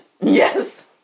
Yes